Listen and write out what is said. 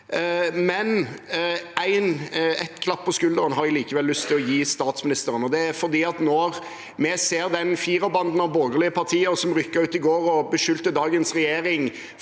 men et klapp på skulderen har jeg likevel lyst å gi statsministeren. Når jeg ser den firerbanden av borgerlige partier som rykket ut i går og beskyldte dagens regjering